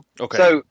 Okay